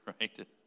right